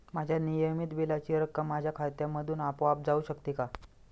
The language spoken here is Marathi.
माझ्या नियमित बिलाची रक्कम माझ्या खात्यामधून आपोआप जाऊ शकते का?